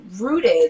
rooted